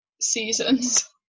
seasons